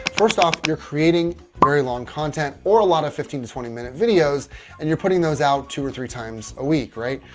first off, you're creating very long content or a lot of fifteen to twenty minute videos and you're putting those out two or three times a week. right?